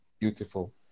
beautiful